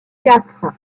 quatre